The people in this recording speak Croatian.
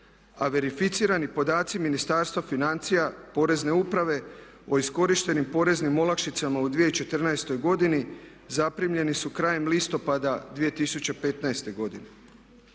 a verificirani podaci Ministarstva financija, Porezne uprave o iskorištenim poreznim olakšicama u 2014. godini zaprimljeni su krajem listopada 2015. godine.